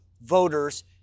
voters